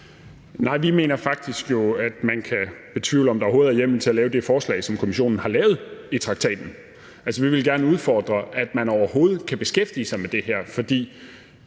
Nej, vi mener jo faktisk, at man kan betvivle, om der overhovedet er hjemmel i traktaten til at lave det her forslag, som Kommissionen har lavet. Vi vil gerne udfordre, at man overhovedet kan beskæftige sig med det her. For